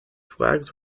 flags